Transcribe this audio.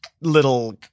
little